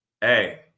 hey